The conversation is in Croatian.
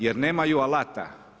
Jer nemaju alata.